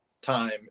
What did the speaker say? time